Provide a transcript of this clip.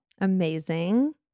Amazing